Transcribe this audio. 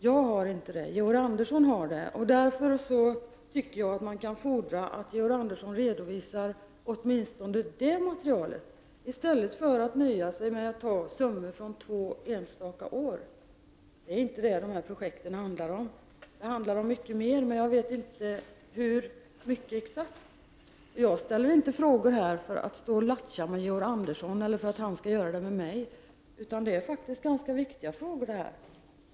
Jag har inte materialet, utan det är Georg Andersson som har det. Därför tycker jag att man kan fordra av Georg Andersson att han åtminstone redovisar det materialet i stället för att nöja sig med att ta siffror från två enstaka år. Det är inte det som detta projekt handlar om. Det handlar om mycket mer, jag vet inte exakt hur mycket. Jag har inte ställt frågan här för att stå och ”lattja” med Georg Andersson eller för att han skall göra det med mig, utan det är faktiskt en ganska viktig fråga.